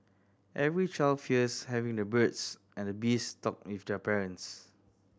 every child fears having the birds and the bees talk with their parents